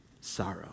sorrow